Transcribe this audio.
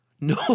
No